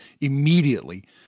immediately